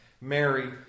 Mary